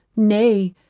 nay,